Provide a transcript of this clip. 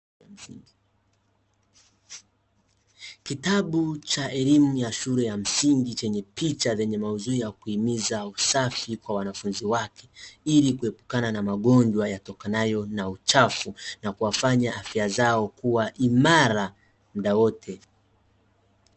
Kitabu cha elimu ya Shule ya msingi chenye picha zenye maudhui ya kuhimiza usafi kwa wanafunzi wake ili kuepukana na magonjwa yatokanayo na uchafu na kuwafanya afya zao kuwa imara muda wote.